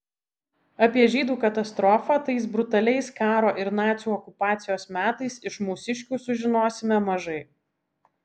apie žydų katastrofą tais brutaliais karo ir nacių okupacijos metais iš mūsiškių sužinosime mažai